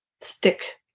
stick